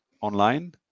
online